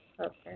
Okay